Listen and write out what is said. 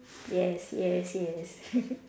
yes yes yes